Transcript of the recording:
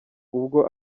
ubwo